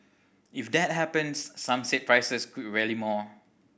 if that happens some said prices could rally more